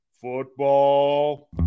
Football